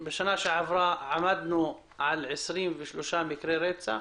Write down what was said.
בשנה שעבר עמדנו על 23 מקרי רצח,